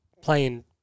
playing